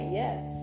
yes